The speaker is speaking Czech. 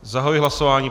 Zahajuji hlasování.